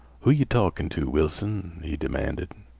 who yeh talkin' to, wilson? he demanded.